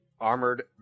Armored